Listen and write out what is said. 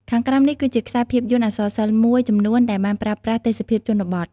ខាងក្រោមនេះគឺជាខ្សែភាពយន្តអក្សរសិល្ប៍មួយចំនួនដែលបានប្រើប្រាស់ទេសភាពជនបទ